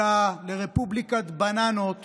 אלא לרפובליקת בננות